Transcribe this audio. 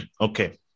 Okay